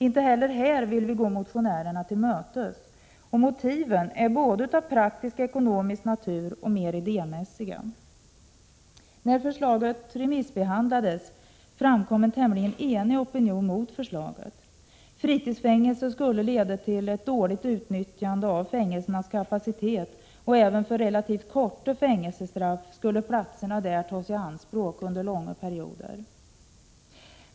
Inte heller här vill vi gå motionärerna till mötes. Motiven är både av praktisk-ekonomisk natur och av mer idémässiga. När förslaget remissbehandlades framkom en tämligen enig opinion mot förslaget. Fritidsfängelse skulle leda till ett dåligt utnyttjande av fängelsernas kapacitet, och även för relativt korta fängelsestraff skulle platserna där tas i anspråk under långa perioder.